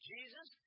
Jesus